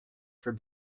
for